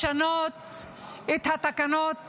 לשנות את התקנות בפנים.